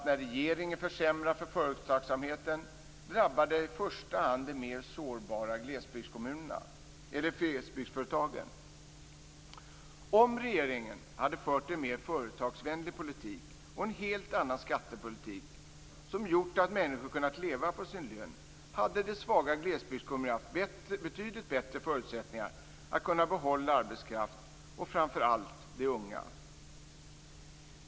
När regeringen försämrar för företagsamheten drabbar detta i första hand de mer sårbara små glesbygdsföretagen. Om regeringen hade fört en mer företagsvänlig politik och en helt annan skattepolitik, som gjort att människor kunnat leva på sin lön, hade de svaga glesbygdskommunerna haft betydligt bättre förutsättningar att kunna behålla arbetskraft och framför allt de unga.